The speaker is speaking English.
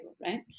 Right